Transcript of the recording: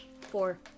Four